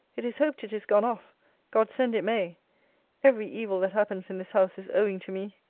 it is hoped it is gone off god send it may every evil that happens in this house is owing to me!